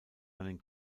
einen